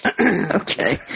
Okay